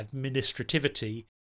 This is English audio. administrativity